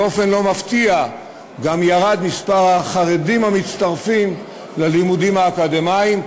באופן לא מפתיע גם ירד מספר החרדים המצטרפים ללימודים האקדמיים,